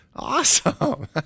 Awesome